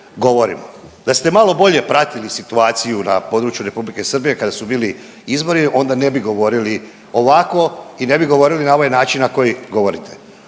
Da ste malo bolje pratili situaciju na području Republike Srbije kada su bili izbori onda ne bi govorili ovako i ne bi govorili na ovaj način na koji govorite.